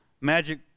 magic